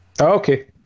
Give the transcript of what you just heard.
Okay